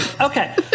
Okay